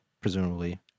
presumably